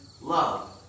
love